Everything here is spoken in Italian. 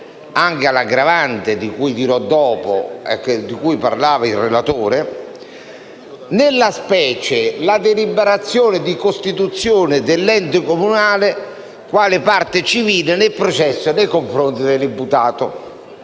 cui dirò dopo e di cui parlava il relatore - e, nella specie, la deliberazione di costituzione dell'ente comunale quale parte civile nel processo nei confronti dell'imputato.